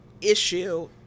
issue